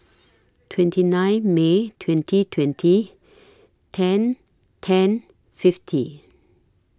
twenty nine May twenty twenty ten ten fifty